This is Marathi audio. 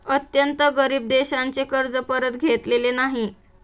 अत्यंत गरीब देशांचे कर्ज परत घेतलेले नाही